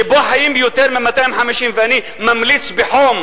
שבו חיים יותר מ-250, ואני ממליץ בחום